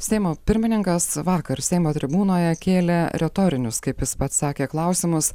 seimo pirmininkas vakar seimo tribūnoje kėlė retorinius kaip jis pats sakė klausimus